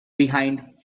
behind